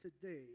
today